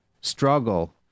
struggle